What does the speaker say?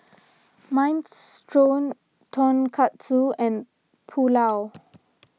Minestrone Tonkatsu and Pulao